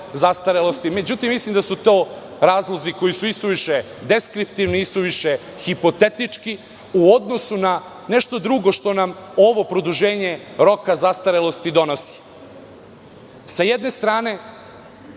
zastarelosti, itd. Međutim, mislim da su to razlozi koji su isuviše deskriptivni, isuviše hipotetički u odnosu na nešto drugo što nam ovo produženje roka zastarelosti donosi. Sa jedne strane